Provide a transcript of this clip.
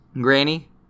Granny